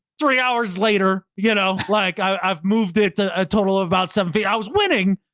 three hours later, you know like i've moved it to a total of about seven feet. i was winning,